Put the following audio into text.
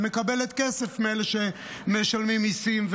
ומקבלת כסף מאלה שמשלמים מיסים,